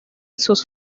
sus